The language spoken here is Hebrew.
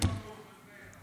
60% תוך שנתיים.